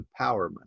empowerment